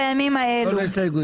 באמת.